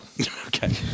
Okay